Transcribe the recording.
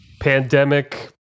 pandemic